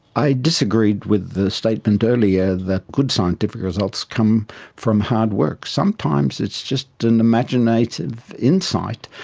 i disagreed with the statement earlier that good scientific results come from hard work. sometimes it's just an imaginative insight.